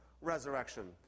resurrection